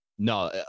no